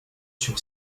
sur